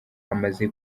amaze